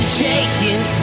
shaking